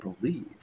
believe